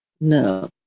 No